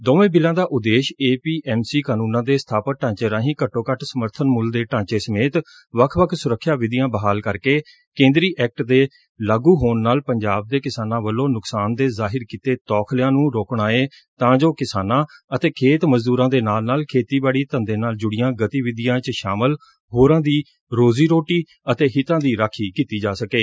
ਦੋਵੇਂ ਬਿੱਲਾਂ ਦਾ ਉਦੇਸ਼ ਏ ਪੀ ਐਮ ਸੀ ਕਾਨੂੰਨਾਂ ਦੇ ਸਥਾਪਤ ਢਾਂਚੇ ਰਾਹੀਂ ਘੱਟੋ ਘੱਟ ਸਮਰਥਨ ਮੁੱਲ ਦੇ ਢਾਂਚੇ ਸਮੇਤ ਵੱਖ ਵੱਖ ਸੁਰੱਖਿਆ ਵਿਧੀਆਂ ਬਹਾਲ ਕਰਕੇ ਕੇਂਦਰੀ ਐਕਟ ਦੇ ਲਾਗੂ ਹੋਣ ਨਾਲ ਪੰਜਾਬ ਦੇ ਕਿਸਾਨਾਂ ਵੱਲੋਂ ਨੁਕਸਾਨ ਦੇ ਜ਼ਾਹਿਰ ਕੀਤੇ ਤੌਖਲਿਆਂ ਨੂੰ ਰੋਕਣਾ ਏ ਤਾਂ ਜੋ ਕਿਸਾਨਾਂ ਅਤੇ ਖੇਤ ਮਜ਼ਦੁਰਾਂ ਦੇ ਨਾਲ ਨਾਲ ਖੇਤੀਬਾਤੀ ਧੰਦੇ ਨਾਲ ਜੁੜੀਆਂ ਗਤੀਵਿਧੀਆਂ ਚ ਸ਼ਾਮਲ ਹੋਰਾਂ ਦੀ ਰੋਜ਼ੀ ਰੋਟੀ ਅਤੇ ਹਿੱਤਾਂ ਦੀ ਰਾਖੀ ਕੀਤੀ ਜਾ ਸਕੇ